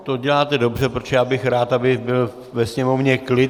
To děláte dobře, protože já bych rád, aby byl ve sněmovně klid.